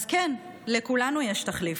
אז כן, לכולנו יש תחליף.